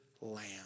land